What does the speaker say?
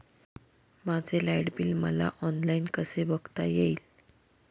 माझे light bill मला online कसे बघता येईल?